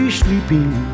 sleeping